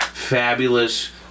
Fabulous